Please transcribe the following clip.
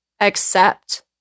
accept